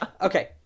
Okay